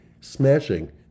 smashing